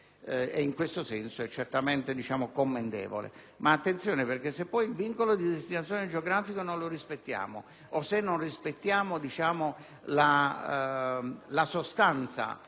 in questo senso è certamente commendevole. Tuttavia, facciamo attenzione, perché se poi il vincolo di destinazione geografico non viene rispettato o se non rispettiamo la sostanza